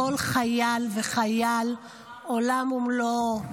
כל חייל וחייל, עולם ומלואו,